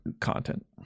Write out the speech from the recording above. content